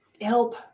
help